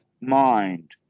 Mind